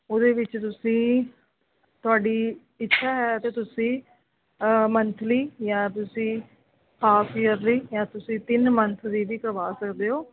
ਉਹਦੇ ਵਿੱਚ ਤੁਸੀਂ ਤੁਹਾਡੀ ਇੱਛਾ ਹੈ ਅਤੇ ਤੁਸੀਂ ਮੰਥਲੀ ਜਾਂ ਤੁਸੀਂ ਹਾਫ ਈਅਰਲੀ ਜਾਂ ਤੁਸੀਂ ਤਿੰਨ ਮੰਥ ਦੀ ਵੀ ਕਰਵਾ ਸਕਦੇ ਹੋ